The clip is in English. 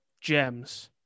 gems